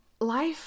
life